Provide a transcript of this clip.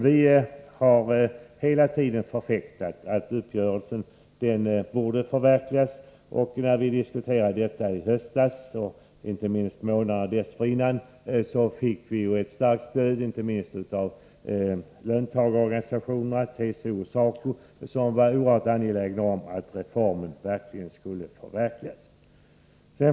Vi har hela tiden förfäktat att uppgörelsen borde förverkligas, och när detta diskuterades i höstas och månaderna dessförinnan, fick vi ett starkt stöd inte minst av löntagarorganisationerna TCO och SACO, som var oerhört angelägna om att reformen skulle genomföras.